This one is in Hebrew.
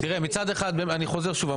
אני חוזר שוב.